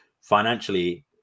financially